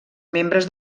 membres